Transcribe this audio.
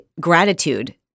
gratitude